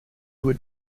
would